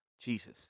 Jesus